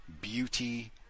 beauty